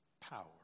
power